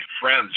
friends